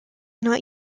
not